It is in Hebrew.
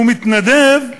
שהוא מתנדב,